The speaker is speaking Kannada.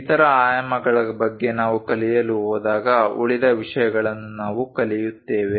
ಇತರ ಆಯಾಮಗಳ ಬಗ್ಗೆ ನಾವು ಕಲಿಯಲು ಹೋದಾಗ ಉಳಿದ ವಿಷಯಗಳನ್ನು ನಾವು ಕಲಿಯುತ್ತೇವೆ